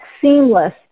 seamless